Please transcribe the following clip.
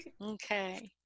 okay